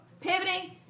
Pivoting